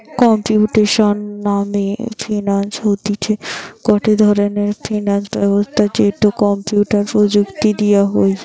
computational finance হতিছে গটে ধরণের ফিনান্স ব্যবস্থা যেটো কম্পিউটার প্রযুক্তি দিয়া হই